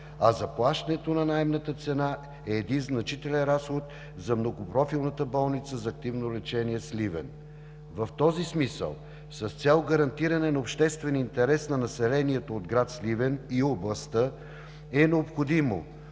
а заплащането на наемната цена е един значителен разход за Многопрофилната болница за активно лечение – Сливен. В този смисъл, с цел гарантиране на обществения интерес на населението от гр. Сливен и областта е необходимо